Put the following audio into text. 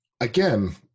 again